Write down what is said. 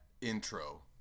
intro